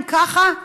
אם ככה,